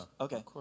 Okay